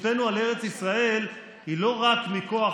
זכותנו על ארץ ישראל היא לא רק מכוח